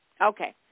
Okay